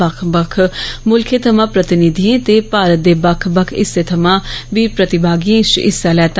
बक्ख बक्ख मुल्खे थमाँ प्रतिनिधियें ते भारत दे बक्ख बक्ख हिस्सें थमां बी प्रतिभागिएं इस च हिस्सा लैता